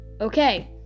okay